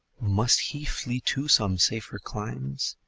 must he flee to some safer climes?